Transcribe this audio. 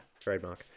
Trademark